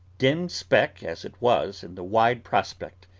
dim speck as it was in the wide prospect,